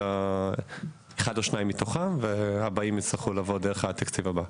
אלא אחד או שניים מתוכם והבאים יצטרכו לבוא דרך התקציב הבא.